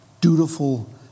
dutiful